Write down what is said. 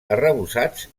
arrebossats